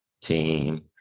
team